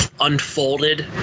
unfolded